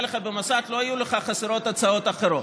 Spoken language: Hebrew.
לך במוסד לא היו חסרות לך הצעות אחרות.